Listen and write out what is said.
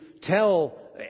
tell